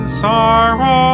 sorrow